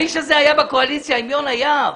האיש הזה היה בקואליציה עם יונה יהב.